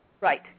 Right